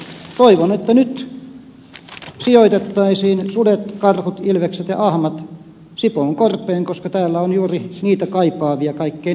mutta toivon että nyt sijoitettaisiin sudet karhut ilvekset ja ahmat sipoonkorpeen koska näillä seuduilla on juuri niitä kaipaavia kaikkein eniten